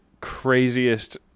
craziest